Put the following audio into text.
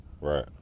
Right